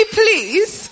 please